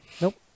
nope